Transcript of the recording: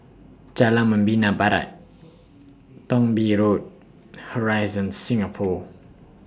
Jalan Membina Barat Thong Bee Road Horizon Singapore